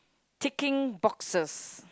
ticking boxes